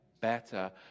better